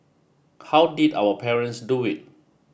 how did our parents do it